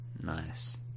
nice